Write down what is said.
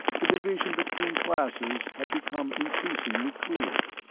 the division between classes had become increasingly clear.